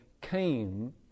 came